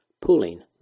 pulling